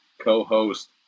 co-host